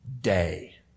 day